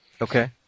Okay